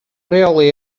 rheoli